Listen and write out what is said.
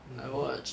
mmhmm